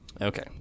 Okay